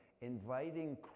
inviting